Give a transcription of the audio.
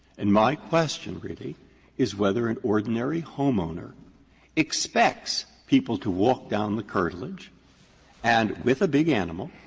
and my question really is whether an ordinary homeowner expects people to walk down the curtilage and, with a big animal,